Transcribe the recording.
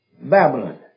Babylon